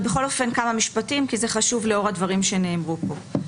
בכל אופן כמה משפטים כי זה חשוב לאור הדברים שנאמרו פה.